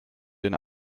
den